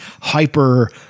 hyper